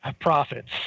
Profits